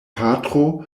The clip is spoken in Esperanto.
patro